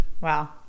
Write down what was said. Wow